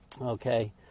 Okay